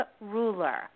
ruler